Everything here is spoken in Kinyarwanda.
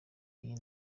iyi